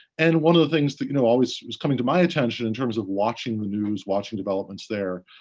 and one of the things that you know always was coming to my attention, in terms of watching the news, watching developments there,